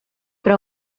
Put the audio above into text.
però